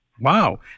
Wow